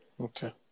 Okay